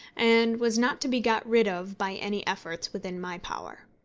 and was not to be got rid of by any efforts within my power.